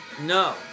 No